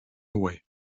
away